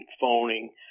phoning